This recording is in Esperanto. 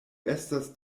estas